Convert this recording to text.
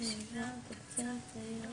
חר היא במצב הרבה יותר